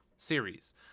series